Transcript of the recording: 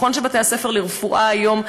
נכון שבתי-הספר לרפואה היום,